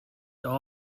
awe